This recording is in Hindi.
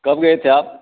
कब गए थे आप